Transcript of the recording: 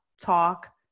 talk